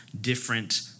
Different